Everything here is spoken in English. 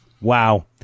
Wow